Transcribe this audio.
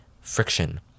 friction